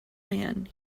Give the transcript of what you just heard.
man